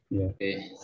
Okay